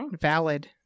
Valid